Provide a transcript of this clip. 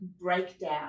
breakdown